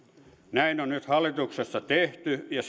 näin on nyt hallituksessa tehty ja